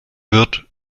wird